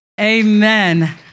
Amen